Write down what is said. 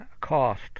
cost